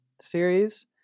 series